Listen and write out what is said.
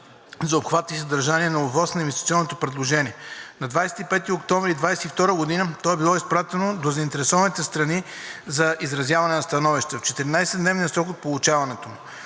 за обхват и съдържание на ОВОС на инвестиционното предложение. На 25 октомври 2022 г. то е било изпратено до заинтересованите страни за изразяване на становище в 14-дневен срок от получаването му.